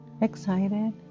excited